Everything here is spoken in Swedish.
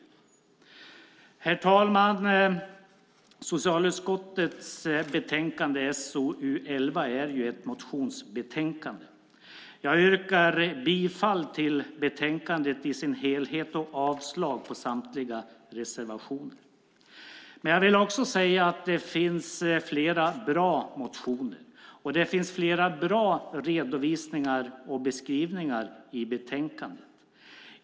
Herr talman! Socialutskottets betänkande SoU11 är ett motionsbetänkande. Jag yrkar bifall till förslaget i betänkandet i dess helhet och avslag på samtliga reservationer. Men jag vill säga att det finns flera bra motioner och flera bra redovisningar och beskrivningar i betänkandet.